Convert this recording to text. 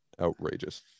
outrageous